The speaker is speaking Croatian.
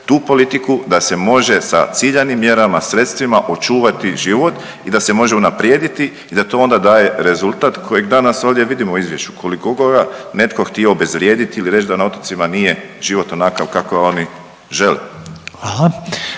tu politiku da se može sa ciljanim mjerama i sredstvima očuvati život i da se može unaprijediti i da to onda daje rezultat kojeg danas ovdje vidimo u izvješću koliko ugovora, netko htio obezvrijedit ili reć da na otocima nije život onakav kakav oni žele.